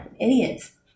Idiots